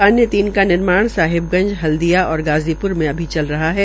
अन्य तीन का निर्माण साहिबगंज हल्दिया और गांजी र में अभी चल रहा है